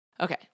Okay